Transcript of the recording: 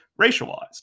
racialized